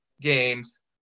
games